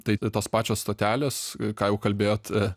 tai tos pačios stotelės ką jau kalbėjot